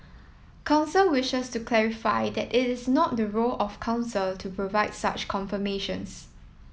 council wishes to clarify that it is not the role of council to provide such confirmations